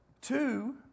Two